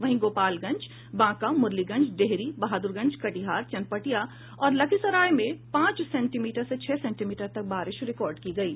वहीं गोपालगंज बांका मुरलीगंज डेहरी बहादुरगंज कटिहार चनपटिया और लखीसराय में पांच सेंटीमीटर से छह सेंटीमीटर तक बारिश रिकॉर्ड की गयी